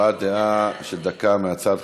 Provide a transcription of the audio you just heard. הבעת דעה של דקה מהצד,